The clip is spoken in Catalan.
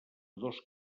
dos